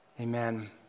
Amen